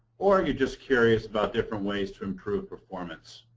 or you're just curious about different ways to improve performance.